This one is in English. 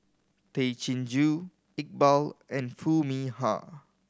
Tay Chin Joo Iqbal and Foo Mee Har